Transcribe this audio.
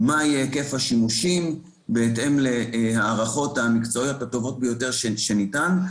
מה יהיה היקף השימושים בהתאם להערכות המקצועיות הטובות ביותר שניתן.